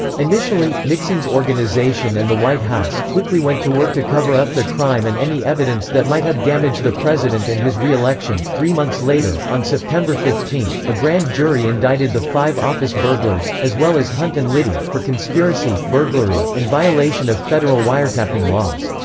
initially, nixon's organization and the white house quickly went to work to cover up the crime and any evidence that might have damaged the president and his reelection three months later, on september fifteenth, a grand jury indicted the five office burglars, as well as hunt and liddy, for conspiracy, burglary, and violation of federal wiretapping laws.